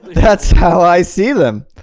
that's how i see them